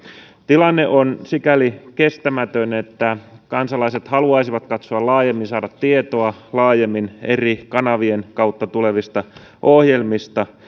tilanne on sikäli kestämätön että kansalaiset haluaisivat katsoa laajemmin saada tietoa laajemmin eri kanavien kautta tulevista ohjelmista